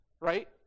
right